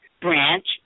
branch